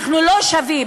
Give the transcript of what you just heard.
אנחנו לא שווים.